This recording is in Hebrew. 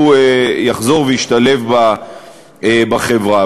הוא יחזור וישתלב בחברה.